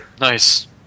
Nice